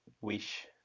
wish